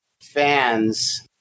fans